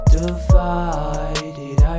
Divided